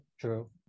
true